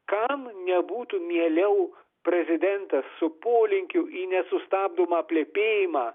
kam nebūtų mieliau prezidentas su polinkiu į nesustabdomą plepėjimą